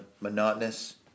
monotonous